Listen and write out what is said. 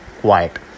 quiet